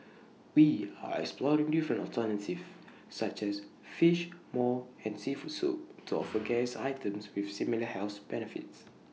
we are exploring different alternatives such as Fish Maw and Seafood Soup to offer guests items with similar health benefits